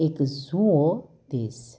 एक जुंवो देस